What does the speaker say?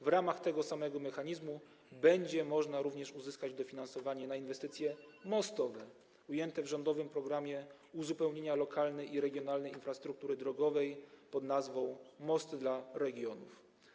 W ramach tego samego mechanizmu będzie można również uzyskać dofinansowanie na inwestycje mostowe ujęte w rządowym programie uzupełniania lokalnej i regionalnej infrastruktury drogowej pn. „Mosty dla regionów”